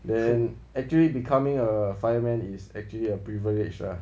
then actually becoming a fireman is actually a privilege lah